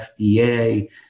FDA